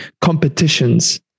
competitions